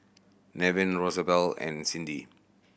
Nevin Rosabelle and Cindi